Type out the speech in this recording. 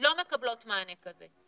לא מקבלות מענה כזה.